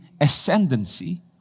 ascendancy